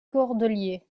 cordeliers